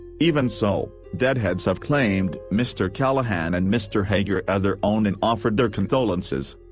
even so, deadheads have claimed mr. callahan and mr. hager as their own and offered their condolences.